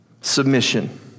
Submission